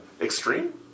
Extreme